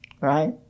right